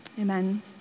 Amen